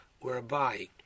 whereby